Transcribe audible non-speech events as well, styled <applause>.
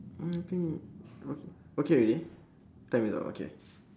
<noise> uh I think okay okay already time is up okay